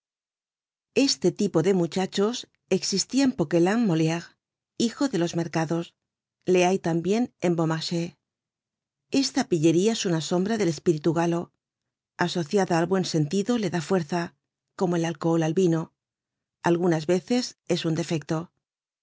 este tipo de muchachos existia en poquelin moliere hijo de los mercados le hay tambien en beaumarchais esta pillería es una sombra del espíritu galo asociada al buen sentido le da fuerza como el alcohol al vino algunas veces es un defecto